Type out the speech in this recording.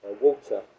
water